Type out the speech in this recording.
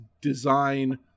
design